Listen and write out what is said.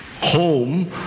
home